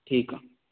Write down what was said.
ठीकु आहे